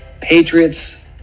Patriots